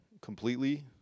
Completely